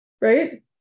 right